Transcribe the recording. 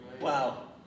Wow